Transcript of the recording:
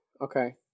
okay